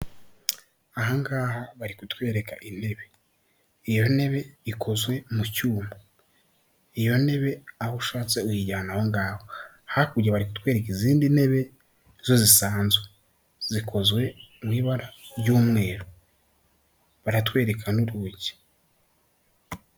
Ahangaha bari kutwereka intebe, iyo ntebe ikozwe mu cyuma, iyo ntebe aho ushatse uyijyana aho ngaho hakurya, kari kutwereka izindi ntebe zo zisanzwe zikozwe mu ibara ry'umweru, baratwereka n'ubuki.